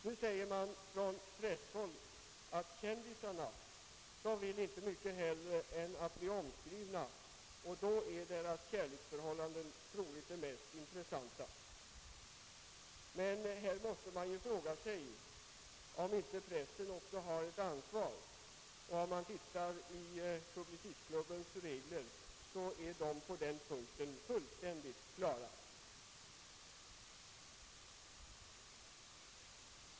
Från presshåll hävdas att »kändisarna» ingenting hellre vill än att bli omskrivna, och då är deras kärleksförhållanden troligen det mest intressanta. Men man måste fråga sig, om inte pressen också har ett ansvar. Om man studerar Publicistklubbens regler är de på den punkten fullständigt klara.